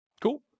Cool